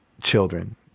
children